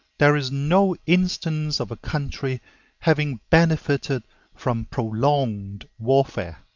there is no instance of a country having benefited from prolonged warfare.